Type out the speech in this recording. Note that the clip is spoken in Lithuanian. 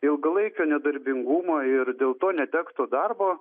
ilgalaikio nedarbingumo ir dėl to netektų darbo